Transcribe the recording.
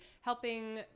helping